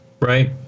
right